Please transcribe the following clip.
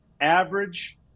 average